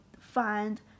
find